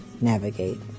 Navigate